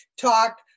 talk